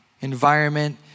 environment